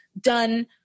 done